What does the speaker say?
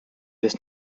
this